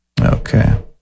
Okay